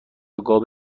قاب